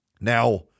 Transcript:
Now